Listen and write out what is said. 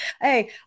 hey